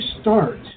start